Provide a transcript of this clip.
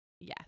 yes